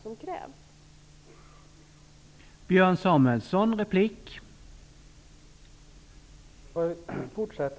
Utskottet har utvecklat det resonemanget.